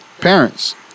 parents